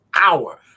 hour